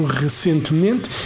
recentemente